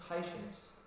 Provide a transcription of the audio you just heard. patience